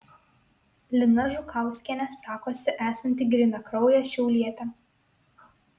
lina žukauskienė sakosi esanti grynakraujė šiaulietė